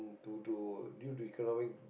to to due to economic